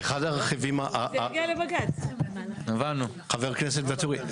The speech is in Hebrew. חבר הכנסת ואטורי,